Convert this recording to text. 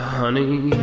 honey